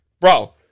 Bro